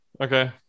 Okay